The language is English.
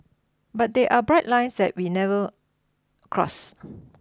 but there are bright lines that we never cross